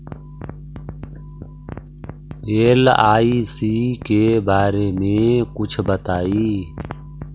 LIC के बारे मे कुछ बताई?